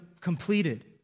completed